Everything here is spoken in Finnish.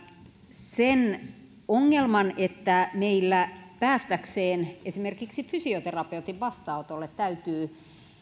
sen ongelman että meillä päästäkseen esimerkiksi fysioterapeutin vastaanotolle täytyy